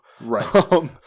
Right